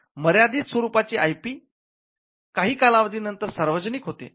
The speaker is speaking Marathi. मर्यादित स्वरूपाची आयपी काही कालावधी नंतर सार्वजनिक होते